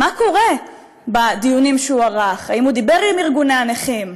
מה קורה בדיונים שהוא ערך: האם הוא דיבר עם ארגוני הנכים?